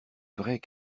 vraie